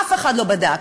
אף אחד לא בדק.